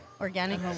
Organic